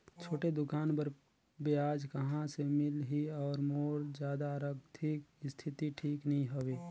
छोटे दुकान बर ब्याज कहा से मिल ही और मोर जादा आरथिक स्थिति ठीक नी हवे?